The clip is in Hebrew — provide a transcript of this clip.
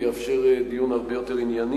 ויאפשר דיון הרבה יותר ענייני.